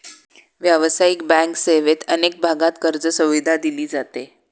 व्यावसायिक बँक सेवेत अनेक भागांत कर्जसुविधा दिली जाते